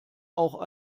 auch